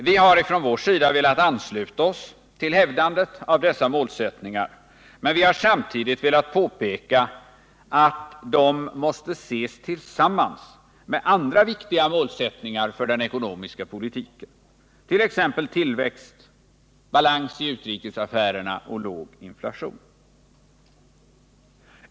Vi har velat ansluta oss till hävdandet av dessa målsättningar men samtidigt påpeka att dessa målsättningar ju måste ses tillsammans med andra viktiga målsättningar för den ekonomiska politiken, t.ex. tillväxt, balans i utrikesaffärerna och låg inflation.